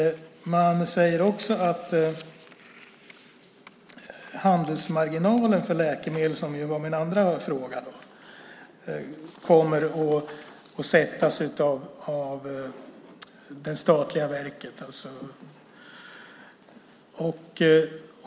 Man säger också att handelsmarginalen för läkemedel, som var min andra fråga, kommer att sättas av det statliga verket.